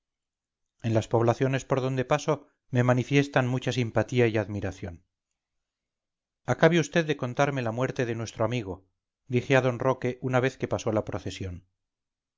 en las poblaciones por donde paso me manifiestan mucha simpatía y admiración acabe vd de contarme la muerte de nuestro amigo dije a d roque una vez que pasó la procesión